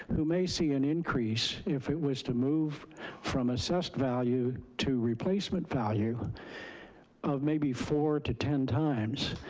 who may see an increase if it was to move from assessed value to replacement value of maybe four to ten times.